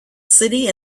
city